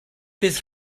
bydd